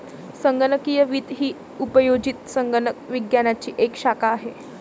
संगणकीय वित्त ही उपयोजित संगणक विज्ञानाची एक शाखा आहे